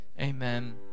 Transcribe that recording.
amen